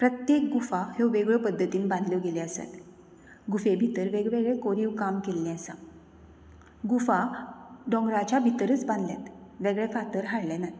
प्रत्येक गुफा ह्यो वेगळ्यो पद्दतीन बांदल्यो गेले आसात गुफे भितर वेगे वेगळे कोरीव काम केल्लें आसा गुफा डोंगराच्या भितरच बांदल्यात वेगळे फातर हाडले नात